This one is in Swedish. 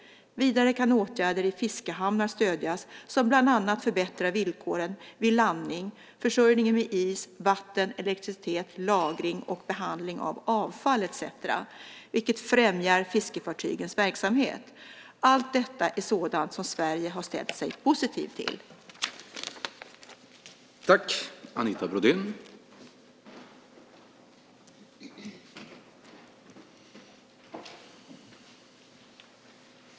Vidare kan åtgärder i fiskehamnar stödjas som bland annat förbättrar villkoren vid landning, försörjningen med is, vatten och elektricitet, lagring och behandling av avfall etcetera, vilket främjar fiskefartygens verksamhet. Allt detta är sådant som Sverige har ställt sig positivt till.